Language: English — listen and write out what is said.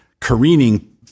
careening